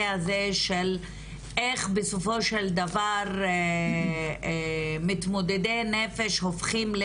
הזה של איך בסופו של דבר מתמודדי נפש הופכים...